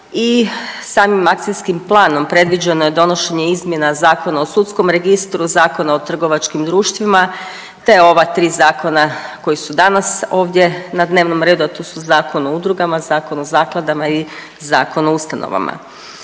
i samim akcijskim planom predviđeno je donošenje izmjena Zakona o sudskom registru, Zakona o trgovačkim društvima, te ova tri zakona koji su danas ovdje na dnevnom redu, a to su Zakon o udrugama, Zakon o zakladama i Zakon o ustanovama.